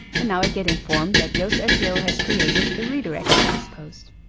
and now, i get informed that yoast seo has created a redirect for this post.